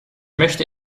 möchte